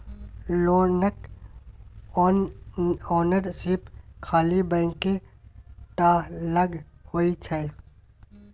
लोनक ओनरशिप खाली बैंके टा लग होइ छै